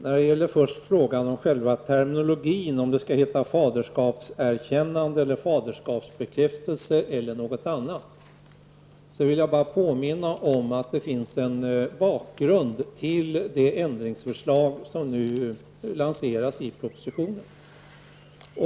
Fru talman! Först beträffande själva terminologin -- om det skall heta faderskapserkännande, faderskapsbekräftelse eller någonting annat -- vill jag påminna om att det finns en bakgrund till det ändringsförslag som lanseras i propositionen.